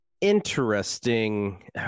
interesting